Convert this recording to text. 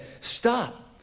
stop